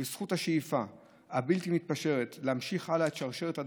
ובזכות השאיפה הבלתי-מתפשרת להמשיך הלאה את שרשרת הדורות,